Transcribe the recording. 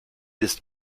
ist